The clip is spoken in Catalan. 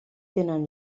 tenen